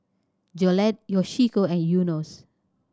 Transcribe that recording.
Jolette Yoshiko and Enos